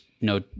no